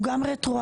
הוא גם רטרואקטיבי,